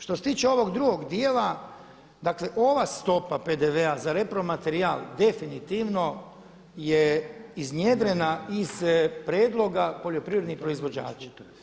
Što se tiče ovog drugog dijela, dakle ova stopa PDV-a za repromaterijal definitivno je iznjedrena iz prijedloga poljoprivrednih proizvođača.